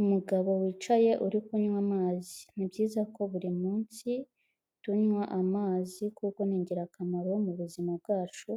Umugabo wicaye uri kunywa amazi, ni byiza ko buri munsi tunywa amazi kuko ni ingirakamaro mu buzima bwacu